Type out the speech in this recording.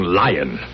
lion